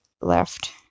left